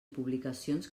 publicacions